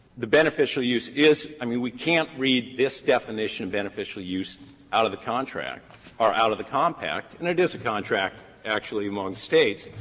the beneficial use is i mean, we can't read this definition of beneficial use out of the contract or out of the compact and it is a contract, actually, among states.